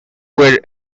were